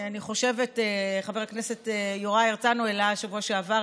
אני חושבת שחבר הכנסת יוראי הרצנו העלה בשבוע שעבר,